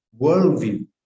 worldview